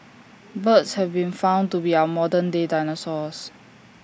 birds have been found to be our modern day dinosaurs